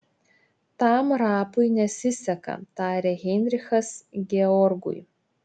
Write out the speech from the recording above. tam rapui nesiseka tarė heinrichas georgui